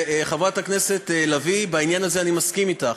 חברת הכנסת לביא, בעניין הזה אני מסכים אתך,